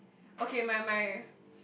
okay my my